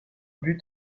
but